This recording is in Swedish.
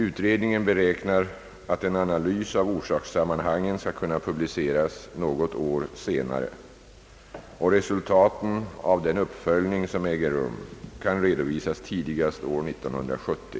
Utredningen beräknar att en analys av orsakssammanhangen skall kunna publiceras något år senare. Resultaten av den uppföljning, som äger rum, kan redovisas tidigast år 1970.